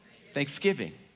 Thanksgiving